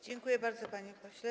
Dziękuję bardzo, panie pośle.